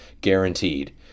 guaranteed